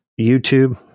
YouTube